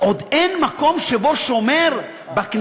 עוד אין מקום שבו שומר יכול,